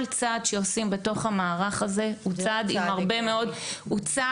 כל צעד שעושים בתוך המערך הזה הוא צעד עם הרבה מאוד השלכות.